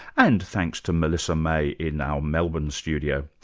and thanks to melissa may in our melbourne studio.